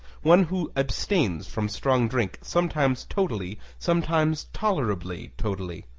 one who abstains from strong drink, sometimes totally, sometimes tolerably totally.